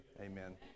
amen